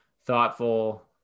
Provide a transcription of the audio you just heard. thoughtful